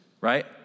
right